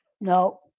no